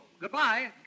Goodbye